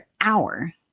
hour